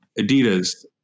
Adidas